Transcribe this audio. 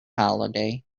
holiday